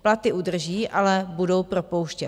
Platy udrží, ale budou propouštět.